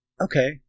okay